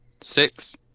Six